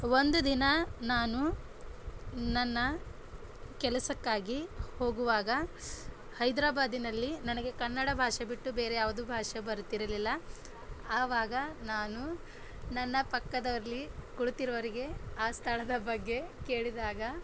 ಒಂದು ದಿನ ನಾನು ನನ್ನ ಕೆಲಸಕ್ಕಾಗಿ ಹೋಗುವಾಗ ಹೈದರಾಬಾದಿನಲ್ಲಿ ನನಗೆ ಕನ್ನಡ ಭಾಷೆ ಬಿಟ್ಟು ಬೇರೆ ಯಾವುದೂ ಭಾಷೆ ಬರುತ್ತಿರಲಿಲ್ಲ ಆವಾಗ ನಾನು ನನ್ನ ಪಕ್ಕದಲ್ಲಿ ಕುಳಿತಿರುವರಿಗೆ ಆ ಸ್ಥಳದ ಬಗ್ಗೆ ಕೇಳಿದಾಗ